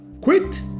QUIT